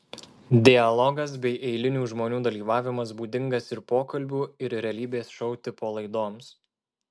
dialogas bei eilinių žmonių dalyvavimas būdingas ir pokalbių ir realybės šou tipo laidoms